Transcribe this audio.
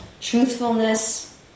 truthfulness